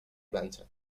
planxa